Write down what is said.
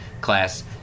class